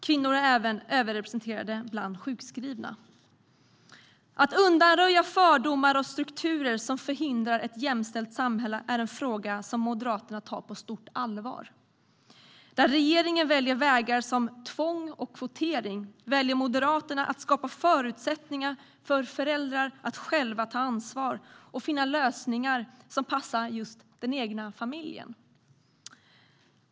Kvinnor är även överrepresenterade bland sjukskrivna. Att undanröja fördomar och strukturer som förhindrar ett jämställt samhälle är en fråga som Moderaterna tar på stort allvar. Där regeringen väljer vägar som tvång och kvotering väljer Moderaterna att skapa förutsättningar för föräldrar att själva ta ansvar och finna lösningar som passar just den egna familjen.